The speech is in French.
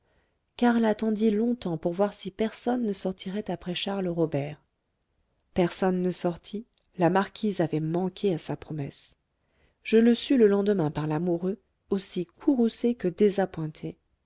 karl attendit longtemps pour voir si personne ne sortirait après charles robert personne ne sortit la marquise avait manqué à sa promesse je le sus le lendemain par l'amoureux aussi courroucé que désappointé